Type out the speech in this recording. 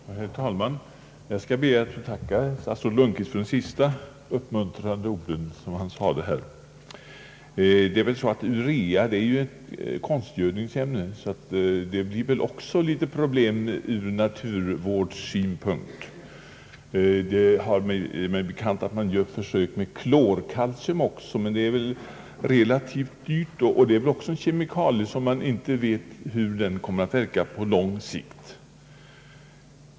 Herr talman! Jag skall be att få tacka statsrådet Lundkvist för de uppmuntrande orden i slutet av hans anförande. Urea är emellertid ett konstgödningsämne, så det förorsakar väl då även en del problem ur naturvårdsssynpunkt. Det är mig bekant att försök också görs med klorkalcium, men detta är relativt dyrt; och det rör sig ju också här om kemikalier vilkas inverkan på lång sikt man inte vet någonting om.